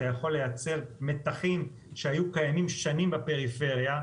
אתה יכול לייצר מתחים שהיו קיימים שנים בפריפריה,